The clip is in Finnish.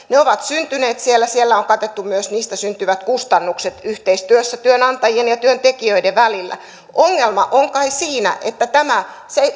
ovat syntyneet siellä siellä on katettu myös niistä syntyvät kustannukset yhteistyössä työnantajien ja työntekijöiden välillä ongelma on kai siinä että tämä